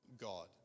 God